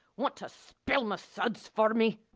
wanta spill my suds for me?